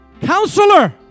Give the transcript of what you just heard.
Counselor